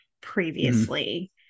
previously